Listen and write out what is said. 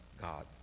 God